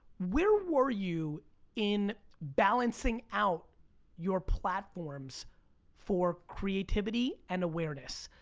where were you in balancing out your platforms for creativity and awareness?